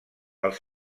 els